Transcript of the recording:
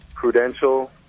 prudential